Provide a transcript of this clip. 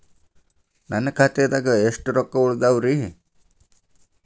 ನನ್ನ ಖಾತೆದಾಗ ಎಷ್ಟ ರೊಕ್ಕಾ ಉಳದಾವ್ರಿ?